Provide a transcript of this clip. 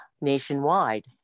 nationwide